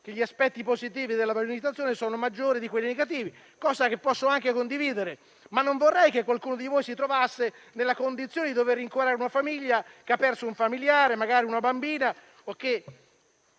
che gli aspetti positivi della vaccinazione sono maggiori di quelli negativi, cosa che posso anche condividere. Ma non vorrei che qualcuno di voi si trovasse nella condizione di dover rincuorare una famiglia che ha perso un familiare, magari una bambina, o ha